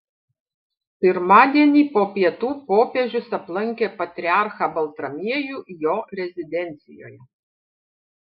pirmadienį po pietų popiežius aplankė patriarchą baltramiejų jo rezidencijoje